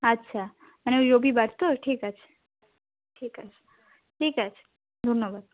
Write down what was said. আচ্ছা মানে ওই রবিবার তো ঠিক আছে ঠিক আছে ঠিক আছে ধন্যবাদ